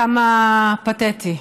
כמה פתטי.